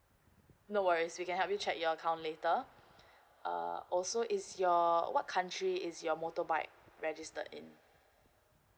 no worries we can help you check your account later uh also is your what country is your motorbike registered in